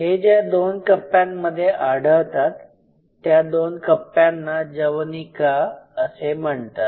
हे ज्या दोन कप्प्यांमध्ये आढळतात त्या दोन कप्प्यांना जवनिका असे म्हणतात